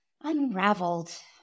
unraveled